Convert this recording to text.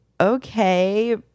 okay